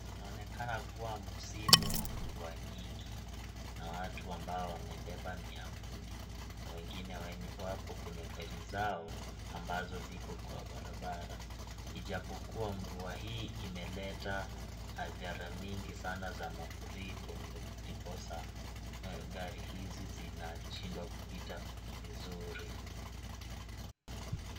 Inaonekana kuwa msimu wa mvua nyingi, kuna watu ambao wamebeba miavuli na wengine wenye wako kwenye gari zao ambazo zipo kwa barabara ijapokua mvua hii imeleta hadhara nyingi sana ya mafuriko ndiposa gari hizi zinashindwa kupita vizuri.